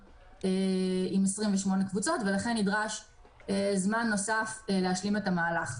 עם 28 קבוצות ולכן נדרש זמן נוסף כדי להשלים את המהלך.